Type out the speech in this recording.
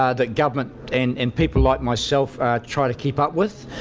ah that government and and people like myself try to keep up with.